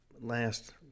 last